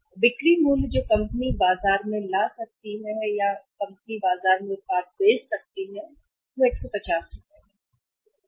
और बिक्री मूल्य जो कंपनी ला सकती है बाजार या कंपनी से उत्पाद बेच सकते हैं बाजार में है कि रुपये 150 सही है